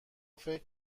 فکر